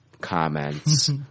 comments